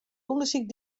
ûndersyk